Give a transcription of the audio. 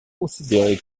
considérés